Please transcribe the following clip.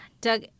Doug